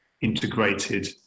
integrated